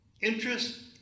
interest